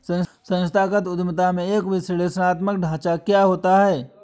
संस्थागत उद्यमिता में एक विश्लेषणात्मक ढांचा क्या होता है?